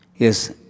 Yes